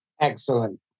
Excellent